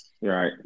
Right